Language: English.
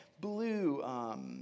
blue